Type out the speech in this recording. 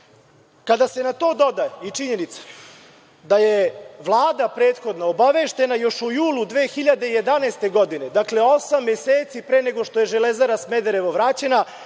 se na to doda i činjenica da je Vlada prethodno obaveštena još u julu 2011. godine, dakle, osam meseci pre nego što je „Železara Smederevo“ vraćena,